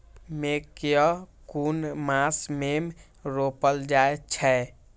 मकेय कुन मास में रोपल जाय छै?